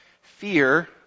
Fear